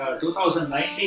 2019